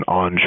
on